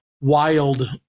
wild